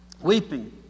weeping